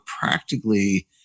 practically